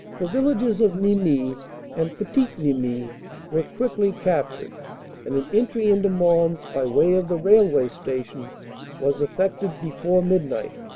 the villages of nimy and petit nimy were quickly captured and an entry into mons by way of the railway station was effected before midnight.